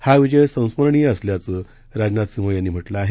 हा विजय संस्मरणीय असल्याचं राजनाथ सिंह यांनी म्हटलं आहे